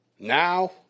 Now